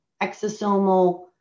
exosomal